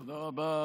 תודה רבה לכם.